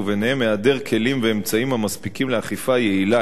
וביניהם היעדר כלים ואמצעים המספיקים לאכיפה יעילה,